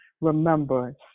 Remember